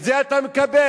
את זה אתה מקבל,